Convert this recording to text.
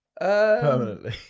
Permanently